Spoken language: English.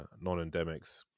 non-endemics